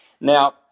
Now